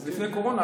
כן, כן.